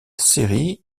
série